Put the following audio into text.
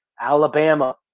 Alabama